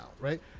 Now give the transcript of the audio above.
right